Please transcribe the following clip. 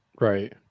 right